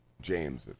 James